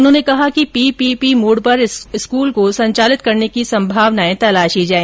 उन्होंने कहा कि पीपीपी मोड पर इस स्कूल को संचालित करने की संभावनाए तलाशी जाए